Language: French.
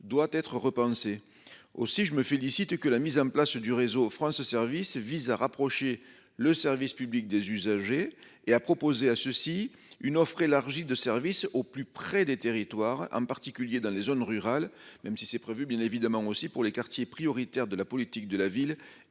doit être repensé. Aussi, je me félicite que la mise en place du réseau France service vise à rapprocher le service public des usagers et à proposer à ceci une offre élargie de services au plus près des territoires en particulier dans les zones rurales même si c'est prévu bien évidemment aussi pour les quartiers prioritaires de la politique de la ville